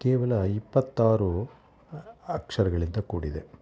ಕೇವಲ ಇಪ್ಪತ್ತಾರು ಅಕ್ಷರಗಳಿಂದ ಕೂಡಿದೆ